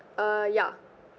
uh ya